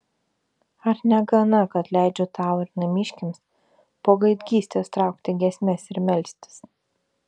ar negana kad leidžiu tau ir namiškiams po gaidgystės traukti giesmes ir melstis